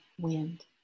wind